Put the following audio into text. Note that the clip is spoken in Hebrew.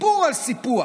הדיבור על סיפוח,